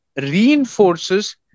reinforces